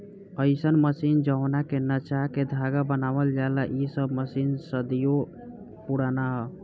अईसन मशीन जवना के नचा के धागा बनावल जाला इ सब मशीन सदियों पुराना ह